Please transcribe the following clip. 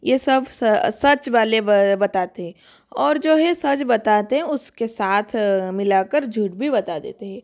ये सब सच वाले बताते हैं और जो है सच बताते हैं उसके साथ मिला कर झूठ भी बता देते हैं